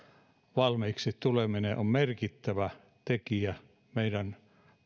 valmiiksi tuleminen on merkittävä tekijä meidän